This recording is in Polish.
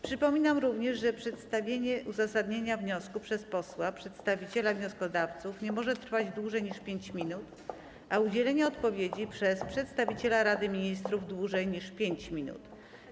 Przypominam również, że przedstawienie uzasadnienia wniosku przez posła przedstawiciela wnioskodawców nie może trwać dłużej niż 5 minut, a udzielenie odpowiedzi przez przedstawiciela Rady Ministrów - dłużej niż 5 minut.